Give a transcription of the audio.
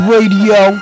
Radio